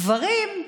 גברים,